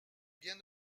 bien